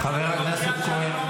חבר הכנסת כהן.